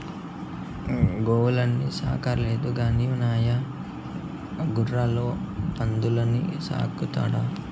గోవుల్ని సాకలేడు గాని మీ నాయన గుర్రాలు పందుల్ని సాకుతాడా